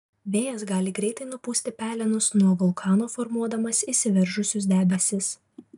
vėjas gali greitai nupūsti pelenus nuo vulkano formuodamas išsiveržusius debesis